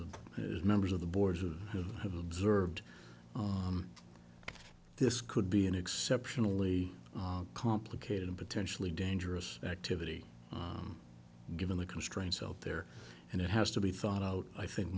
the members of the boards or who have observed this could be an exceptionally complicated and potentially dangerous activity given the constraints out there and it has to be thought out i think